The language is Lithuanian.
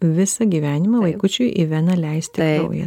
visą gyvenimą vaikučiui į veną leisti į kraują